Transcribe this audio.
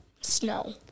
snow